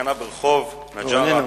סכנה ברחוב נג'ארה בירושלים.